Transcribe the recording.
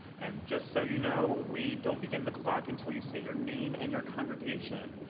and just so you know, we don't begin the clock until you say your name and your congregation,